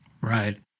Right